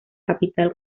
capital